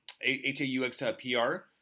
H-A-U-X-P-R